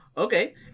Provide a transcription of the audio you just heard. Okay